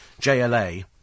JLA